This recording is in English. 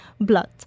blood